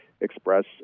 express